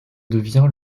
devient